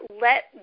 let